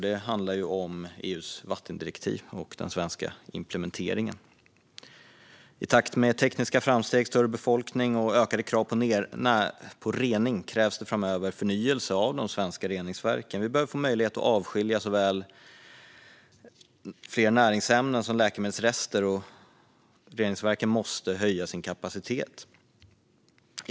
Det handlar om EU:s vattendirektiv och den svenska implementeringen. I takt med tekniska framsteg, större befolkning och ökade krav på rening krävs det framöver förnyelse av de svenska reningsverken. Vi behöver få möjlighet att avskilja såväl fler näringsämnen som läkemedelsrester, och reningsverken måste höja sin kapacitet.